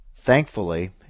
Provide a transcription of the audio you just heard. thankfully